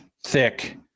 thick